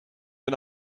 and